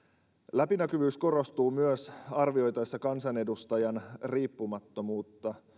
läpinäkyvyys korostuu myös arvioitaessa kansanedustajan riippumattomuutta